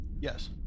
Yes